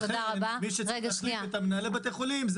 לכן מי שצריך להחליף את מנהלי בתי החלים זה